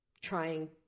trying